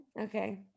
okay